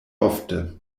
ofte